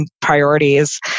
priorities